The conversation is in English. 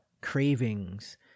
cravings